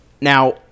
Now